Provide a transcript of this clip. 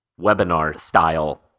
webinar-style